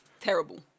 Terrible